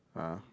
ah